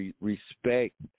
respect